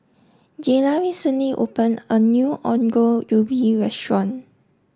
Jayla recently opened a new Ongol Ubi restaurant